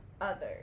others